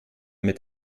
mit